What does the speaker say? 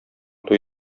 туй